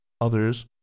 others